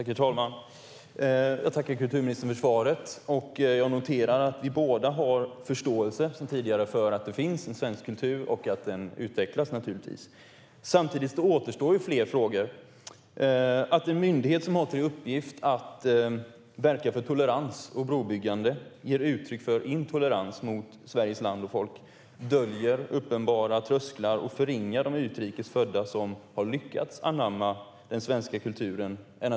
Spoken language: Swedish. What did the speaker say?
Herr talman! Jag tackar kulturministern för svaret, och jag noterar att vi båda har förståelse sedan tidigare för att det finns en svensk kultur och att den naturligtvis utvecklas. Samtidigt återstår flera frågor. Det är naturligtvis allvarligt att en myndighet som har till uppgift att verka för tolerans och brobyggande ger uttryck för intolerans mot Sveriges land och folk, döljer uppenbara trösklar och förringar de utrikes födda som har lyckats anamma den svenska kulturen.